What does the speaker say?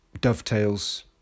dovetails